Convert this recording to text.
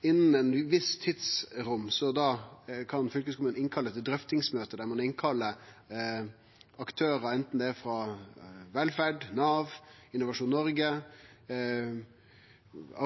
innan eit visst tidsrom. Da kan fylkeskommunen innkalle til drøftingsmøte der ein kallar inn aktørar, enten det er frå velferd, Nav, Innovasjon Norge,